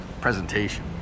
presentation